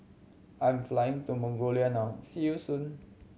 I am flying to Mongolia now see you soon